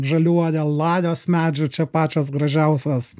žaliuoja lajos medžių čia pačios gražiausios